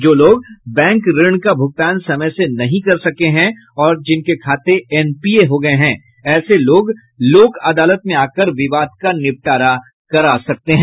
जो लोग बैंक ऋण का भूगतान समय से नहीं कर सके हैं और जिनके खाते एनपीए हो गये हैं ऐसे लोग लोक अदालत में आकर विवाद का निपटारा करा सकते हैं